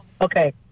okay